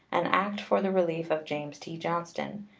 an act for the relief of james t. johnston,